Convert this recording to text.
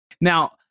Now